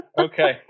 Okay